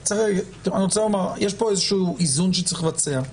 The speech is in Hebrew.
אני רוצה לומר, יש פה איזה איזון שצריך לבצע.